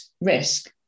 risk